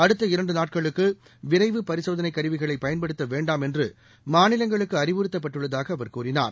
அடுத்தஇரண்டுநாட்களுக்குவிரைவுப்பரிசோதனைக்கருவிகளைப்பயன்படு த்தவேண்டாம்என்றுமாநிலங்களுக்குஅறிவுறுத்தப்பட்டுள்ளதாகஅவர்கூறினார்